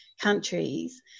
countries